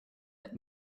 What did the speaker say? let